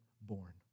born